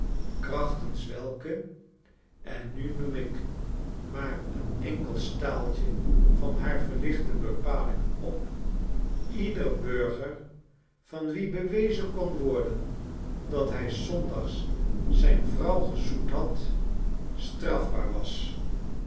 krachtens welke en nu noem ik maar een enkel staaltje van haar verlichte bepalingen op ieder burger van wien bewezen kon worden dat hij s zondags zijn vrouw gezoend had strafbaar was